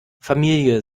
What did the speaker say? familie